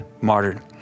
martyred